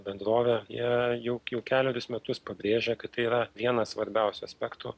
bendrovė jie jau jau kelerius metus pabrėžia kad tai yra vienas svarbiausių aspektų